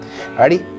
Alrighty